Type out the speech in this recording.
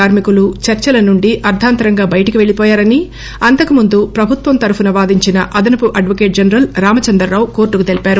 కార్మికులు చర్చల నుండి అర్థాంతరంగా బయటకు పెళ్లిపోయారని అంతకు ముందు ప్రభుత్వ తరపున వాదించిన అదనపు అడ్వకేట్ జనరల్ రామచంద్రారావు కోర్టుకు తెలియజేశారు